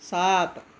सात